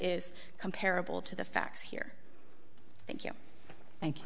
is comparable to the facts here thank you thank you